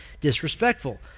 disrespectful